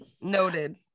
Noted